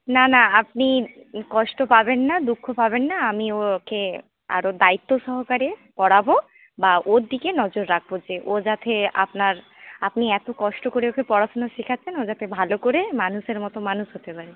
না না আপনি কষ্ট পাবেন না দুঃখ পাবেন না আমি ওকে আরও দায়িত্ব সহকারে পড়াবো বা ওর দিকে নজর রাখবো যে ও যাতে আপনার আপনি এতো কষ্ট করে ওকে পড়াশোনা শেখাচ্ছেন ও যাতে ভালো করে মানুষের মতো মানুষ হতে পারে